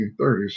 1930s